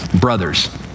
brothers